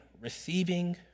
receiving